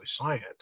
science